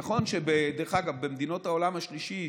נכון, דרך אגב, במדינות העולם השלישי,